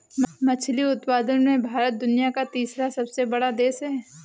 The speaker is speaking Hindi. मछली उत्पादन में भारत दुनिया का तीसरा सबसे बड़ा देश है